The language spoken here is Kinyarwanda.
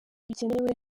bikenewe